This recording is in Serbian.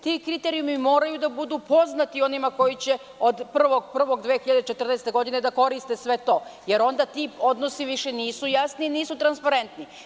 Ti kriterijumi moraju da budu poznati onima koji će od 01.01.2014. godine da koriste sve to, jer onda ti odnosi više nisu jasni i nisu transparentni.